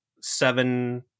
Seven